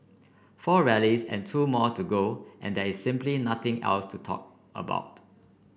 four rallies and two more to go and there is simply nothing else to talk about